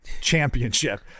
championship